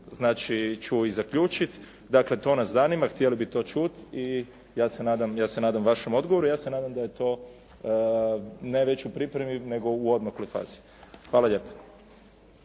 znači ću i zaključit. Dakle, to nas zanima, htjeli bi to čuti i ja se nadam vašem odgovoru. Ja se nadam da je to, ne već u pripremi, nego u odmakloj fazi. Hvala lijepa.